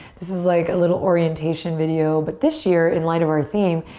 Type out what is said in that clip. this is like a little orientation video but this year, in light of our theme,